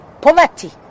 poverty